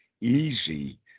easy